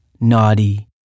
naughty